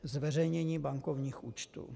Zveřejnění bankovních účtů.